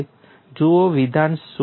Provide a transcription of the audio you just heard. જુઓ વિધાન સૂક્ષ્મ છે